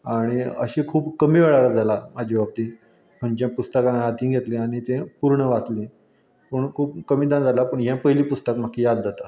आनी अशें खूब कमी वेळार जालां म्हाजे बाबतींत खंयचे पुस्तक आसा तें घेतलें आनी तें पुर्ण वाचलें पूण खूब कमीदां जालां पूण हें पयलें पुस्तक म्हाका याद जाता